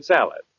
Salad